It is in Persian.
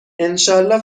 انشااله